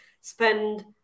spend